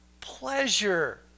pleasure